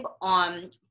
on